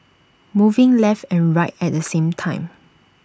moving left and right at the same time